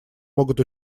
могут